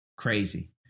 crazy